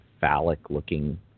phallic-looking